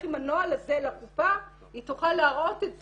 עם הנוהל הזה לקופה היא תוכל להראות את זה.